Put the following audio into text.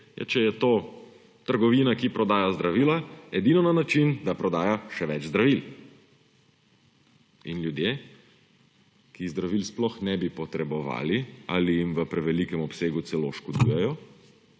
če je to trgovina, ki prodaja zdravila, edino na način, da prodaja še več zdravil. In ljudje, ki zdravil sploh ne bi potrebovali ali jim v prevelikem obsegu celo škodujejo,